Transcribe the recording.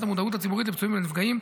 המודעות הציבורית לפצועים ולנפגעים,